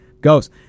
goes